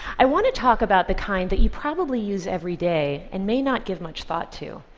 i want to talk about the kind that you probably use every day and may not give much thought to,